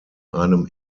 einem